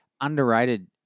Underrated